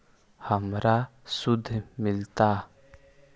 हमरा शुद्ध मिलता?